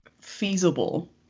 feasible